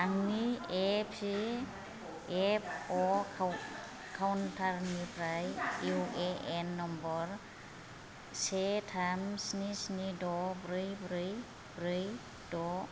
आंनि E P F O account निफ्राय U A N number से थाम स्नि स्नि द' ब्रै ब्रै ब्रै द' दाइन बा बा